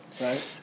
Right